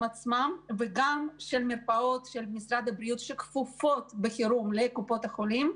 עצמן וגם של מרפאות של משרד הבריאות שכפופות בחירום לקופות החולים,